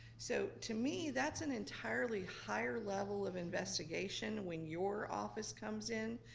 so to me, that's an entirely higher level of investigation, when your office comes in,